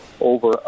over